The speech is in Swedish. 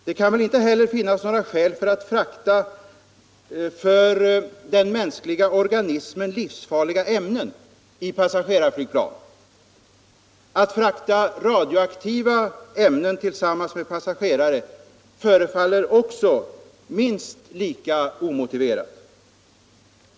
Det kan väl inte heller finnas några skäl för att frakta för den mänskliga organismen livsfarliga ämnen i passagerarflygplan. Att frakta radioaktiva ämnen tillsammans med passagerare förefaller minst lika omotiverat.